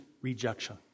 rejection